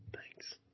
Thanks